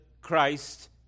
Christ